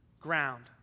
ground